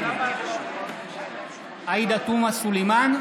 נגד עאידה תומא סלימאן,